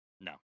no